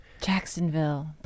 Jacksonville